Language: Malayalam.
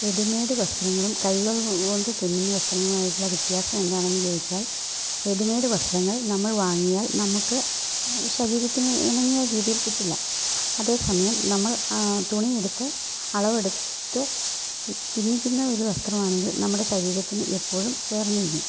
റെഡിമെയ്ഡ് വസ്ത്രങ്ങളും കൈകൾ കൊണ്ട് തുന്നുന്ന വസ്ത്രങ്ങളുമായിട്ടുള്ള വ്യത്യാസം എന്താണെന്ന് ചോദിച്ചാൽ റെഡിമെയ്ഡ് വസ്ത്രങ്ങൾ നമ്മൾ വാങ്ങിയാൽ നമുക്ക് ശരീരത്തിന് ഇണങ്ങിയ രീതിയിൽ കിട്ടില്ല അതേ സമയം നമ്മൾ തുണിയെടുത്ത് അളവെടുത്ത് തുന്നിക്കുന്ന ഒരു വസ്ത്രമാണെങ്കിൽ നമ്മുടെ ശരീരത്തിന് എപ്പോഴും ചേർന്നിരിക്കും